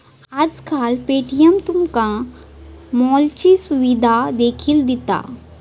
आजकाल पे.टी.एम तुमका मॉलची सुविधा देखील दिता